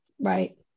right